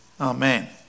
Amen